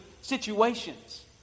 situations